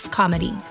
comedy